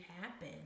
happen